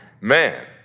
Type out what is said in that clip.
man